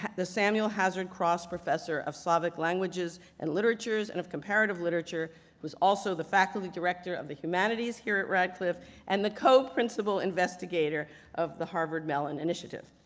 the samuel hazard cross professor of slavic languages and literatures and of comparative literature who is also the faculty director of the humanities here at radcliffe and the coprincipal investigator of the harvard mellon initiative.